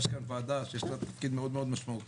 יש כאן ועדה שיש לה תפקיד מאוד משמעותי,